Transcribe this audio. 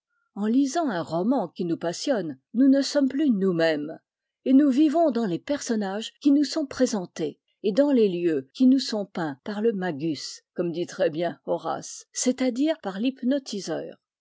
en lisant un roman qui nous passionne nous ne sommes plus nous-mêmes et nous vivons dans les personnages qui nous sont présentés et dans les lieux qui nous sont peints par le magus comme dit très bien horace c'est-à-dire par l'hypnotiseur